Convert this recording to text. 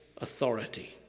authority